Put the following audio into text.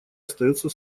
остается